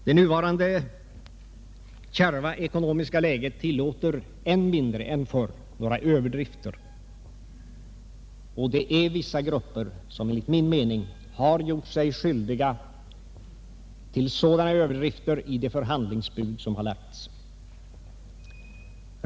Det nuvarande kärva ekonomiska läget tillåter mindre än förr överdrifter, och vissa grupper har enligt min mening gjort sig skyldiga till sådana överdrifter i de förhandlingsbud som har lagts upp.